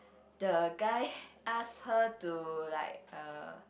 the guy ask her to like uh